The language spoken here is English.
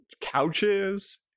couches